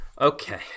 Okay